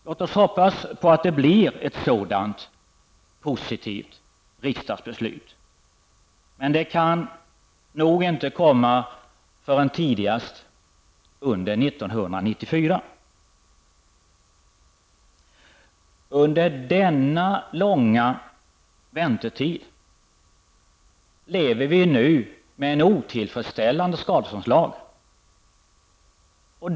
Låt oss alltså hoppas på ett sådant positivt riksdagsbeslut. Men det kan nog inte komma förrän tidigast under 1994. Under denna långa väntetid lever vi med en otillfredsställande skadeståndslag.